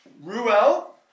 Ruel